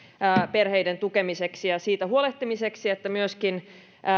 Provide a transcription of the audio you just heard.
perheiden tukemiseksi ja siitä huolehtimiseksi että myöskin